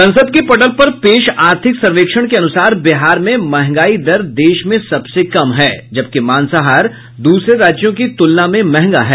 संसद के पटल पर पेश आर्थिक सर्वेक्षण के अनुसार बिहार में महंगाई दर देश में सबसे कम है जबकि मांसाहार दूसरे राज्यों की तुलना में महंगा है